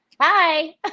Hi